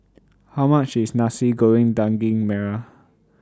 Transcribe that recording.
How much IS Nasi Goreng Daging Merah